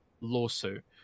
lawsuit